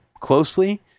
closely